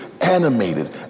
animated